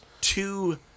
Two